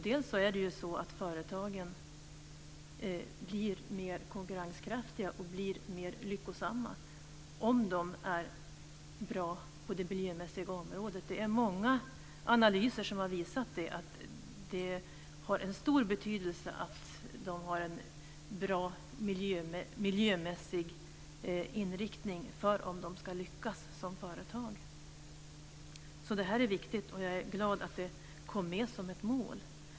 Dels blir företagen mer konkurrenskraftiga och mer lyckosamma om de är bra miljömässigt. Många analyser har visat att det faktum att de har en miljömässigt bra inriktning är av stor betydelse för om de ska lyckas som företag. Detta är alltså viktigt, och jag är glad att det kom med som ett mål.